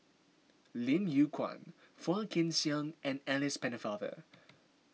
Lim Yew Kuan Phua Kin Siang and Alice Pennefather